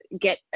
get